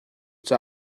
cun